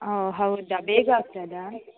ಓಹ್ ಹೌದಾ ಬೇಗ ಆಗ್ತದಾ